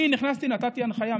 אני נכנסתי ונתתי הנחיה,